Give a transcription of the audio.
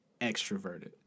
extroverted